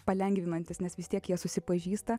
palengvinantis nes vis tiek jie susipažįsta